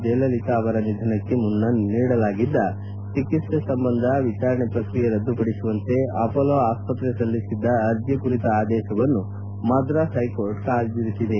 ಜಯಲಲಿತಾ ಅವರ ನಿಧನಕ್ಕೆ ಮುನ್ನ ನೀಡಲಾಗಿದ್ದ ಚಿಕಿತ್ಸೆ ಸಂಬಂಧ ವಿಚಾರಣೆ ಪ್ರಕ್ರಿಯೆ ರದ್ದುಪಡಿಸುವಂತೆ ಅಪೋಲೋ ಆಸ್ತ್ರೆ ಸಲ್ಲಿಸಿದ್ದ ಅರ್ಜಿ ಕುರಿತ ಆದೇಶವನ್ನು ಮದ್ರಾಸ್ ಹೈಕೋರ್ಟ್ ಕಾಯ್ಲಿರಿಸಿದೆ